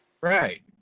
Right